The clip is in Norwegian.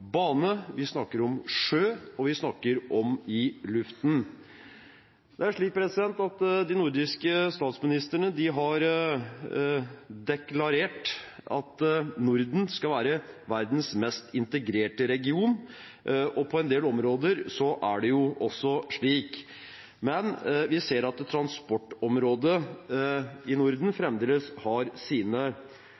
bane, vi snakker om sjø, og vi snakker om luft. De nordiske statsministrene har deklarert at Norden skal være verdens mest integrerte region, og på en del områder er det også slik. Men vi ser at transportområdet i Norden